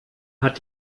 hat